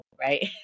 right